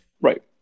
right